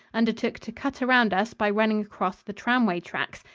undertook to cut around us by running across the tramway tracks.